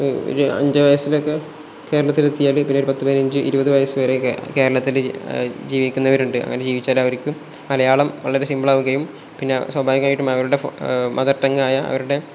ഒരു അഞ്ച് വയസ്സിലൊക്കെ കേരളത്തിലെത്തിയാൽ പിന്നെ ഒരു പത്ത് പതിനഞ്ച് ഇരുപത് വയസ് വരെ കേരളത്തിൽ ജീവിക്കുന്നവരുണ്ട് അങ്ങനെ ജീവിച്ചാൽ അവർക്ക് മലയാളം വളരെ സിമ്പിളാവുകയും പിന്നെ സ്വാഭാവികായിട്ടും അവരുടെ മദർടങ്ങായ അവരുടെ